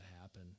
happen